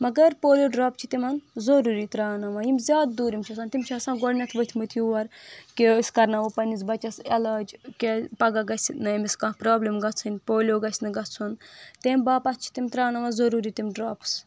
مگر ہولیو ڈراپ چھِ تِمن ضوٚروٗری تراناوان یِم زیادٕ دوٗرِم چھِ آسان تِم چھِ آسان گۄڈٕنٮ۪تھ ؤتھۍ مٕتۍ یور کہِ أسۍ کرناوو پننس بچس اعلاج کیٛاز پگہہ گژھِ نہٕ أمِس کانٛہہ پرابلم گژھٕنۍ پولیو گژھِنہٕ گژھُن تمہِ باپتھ چھِ تِم تراناوان ضروٗری تِم ڈراپٕس